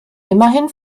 immerhin